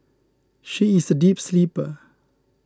she is a deep sleeper